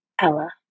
Ella